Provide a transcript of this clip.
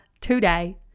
today